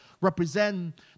represent